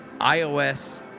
iOS